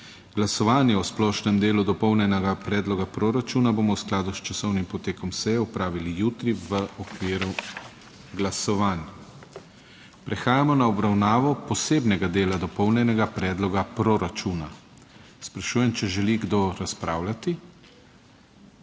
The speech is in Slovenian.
Glasovanje o splošnem delu dopolnjenega predloga proračuna bomo v skladu s časovnim potekom seje opravili jutri v okviru glasovanj. Prehajamo na obravnavo posebnega dela dopolnjenega predloga proračuna. Sprašujem, če želi kdo razpravljati?